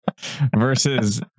versus